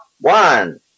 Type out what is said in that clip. one